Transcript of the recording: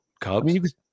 Cubs